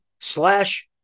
slash